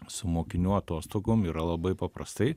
su mokinių atostogom yra labai paprastai